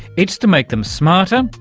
it's to make them smarter,